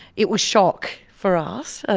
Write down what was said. it was shock for us.